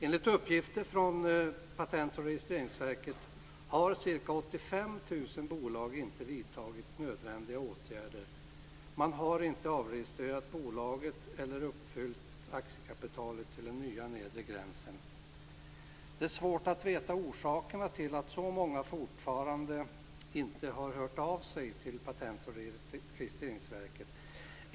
Enligt uppgifter från Patent och registreringsverket har ca 85 000 bolag inte vidtagit nödvändiga åtgärder. Man har inte avregistrerat bolaget eller uppfyllt aktiekapitalet till den nya nedre gränsen. Det är svårt att veta orsakerna till att så många fortfarande inte har hört av sig till Patent och registreringsverket.